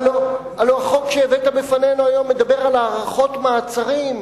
הלוא החוק שהבאת בפנינו היום מדבר על הארכות מעצר,